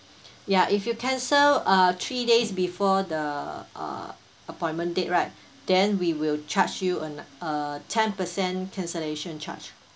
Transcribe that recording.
ya if you cancel uh three days before the uh appointment date right then we will charge you uh ten percent cancellation charge